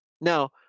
Now